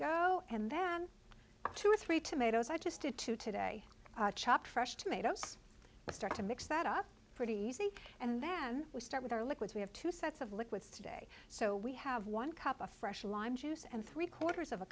go and then two or three tomatoes i just did two today chopped fresh tomatoes start to mix that up pretty easy and then we start with our liquids we have two sets of liquids today so we have one cup a fresh lime juice and three quarters of a